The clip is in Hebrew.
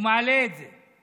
הוא מעלה את זה,